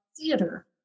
theater